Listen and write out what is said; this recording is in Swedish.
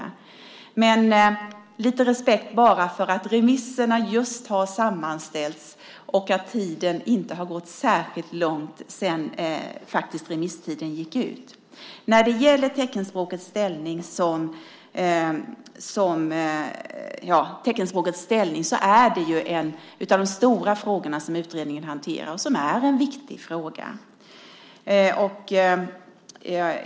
Ha bara lite respekt för att remisserna just har sammanställts och att det inte har gått särskilt lång tid sedan remisstiden gick ut! Teckenspråkets ställning är en av de stora frågorna som utredningen hanterar. Det är en viktig fråga.